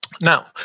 Now